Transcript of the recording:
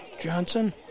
Johnson